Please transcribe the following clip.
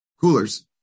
Coolers